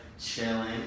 chilling